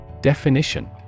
Definition